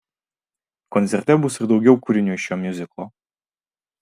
koncerte bus ir daugiau kūrinių iš šio miuziklo